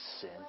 sin